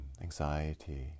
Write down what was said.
anxiety